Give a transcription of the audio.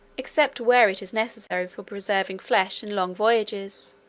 except where it is necessary for preserving flesh in long voyages,